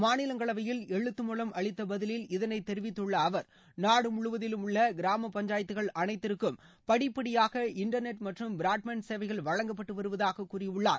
மாநிலங்களவையில் எழுத்து மூலம் அளித்த பதிலில் இதனைத் தெரிவித்துள்ள அவர் நாடு முழுவதிலும் உள்ள கிராம பஞ்சாயத்துக்கள் அனைத்திற்கும் படிப்படியாக இன்டா்நெட் மற்றும் ப்ராட்பேண்ட் சேவைகள் வழங்கப்பட்டு வருவதாகக் கூறியுள்ளார்